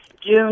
June